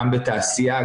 גם בתעשייה,